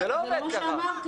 זה לא מה שאמרתי.